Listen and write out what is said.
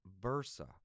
versa